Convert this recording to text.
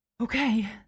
okay